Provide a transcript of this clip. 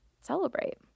celebrate